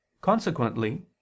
Consequently